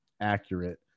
accurate